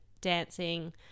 dancing